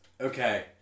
okay